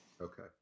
Okay